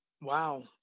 wow